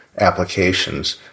applications